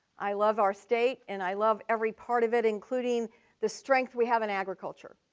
i love our state, and i love every part of it, including the strength we have in agriculture,